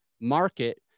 market